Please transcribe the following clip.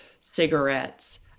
cigarettes